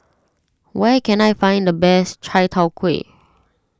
where can I find the best Chai Tow Kuay